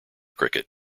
cricket